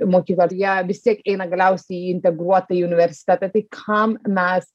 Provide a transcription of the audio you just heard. mokyklą jie vis tiek eina galiausiai į integruotą į universitetą tai kam mes